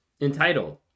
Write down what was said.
entitled